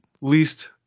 least